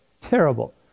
terrible